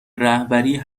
رهبری